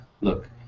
look